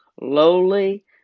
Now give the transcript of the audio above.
Lowly